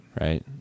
Right